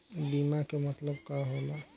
बीमा के मतलब का होला?